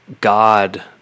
God